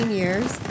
years